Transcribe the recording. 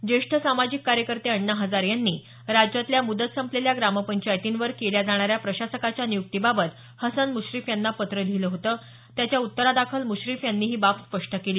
ज्येष्ठ सामाजिक कार्यकर्ते अण्णा हजारे यांनी राज्यातल्या मुदत संपलेल्या ग्रामपंचायतींवर केल्या जाणाऱ्या प्रशासकाच्या नियुक्तीबाबत हसन मुश्रीफ यांना पत्र लिहीलं होतं त्याच्या उत्तरादाखल मुश्रीफ यांनी ही बाब स्पष्ट केली